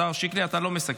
השר שיקלי, אתה לא מסכם?